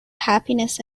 happiness